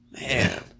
man